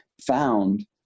found